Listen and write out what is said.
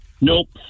Nope